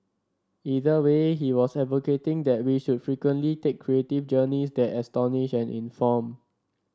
either way he was advocating that we should frequently take creative journeys that astonish and inform